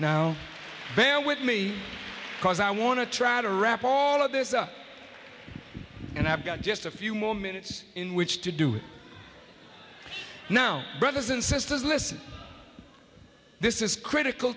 now bear with me because i want to try to wrap all of this up and i've got just a few more minutes in which to do it now brothers and sisters listen this is critical